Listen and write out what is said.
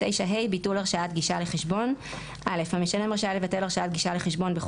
ביטול הרשאת גישה לחשבון 39ה. המשלם רשאי לבטל הרשאת גישה לחשבון,